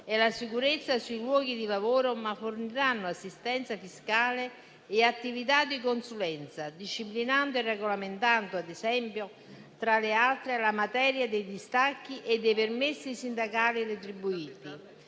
e la sicurezza sui luoghi di lavoro, ma forniranno assistenza fiscale e attività di consulenza, disciplinando e regolamentando, ad esempio, tra le altre, la materia dei distacchi e dei permessi sindacali retribuiti,